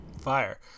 Fire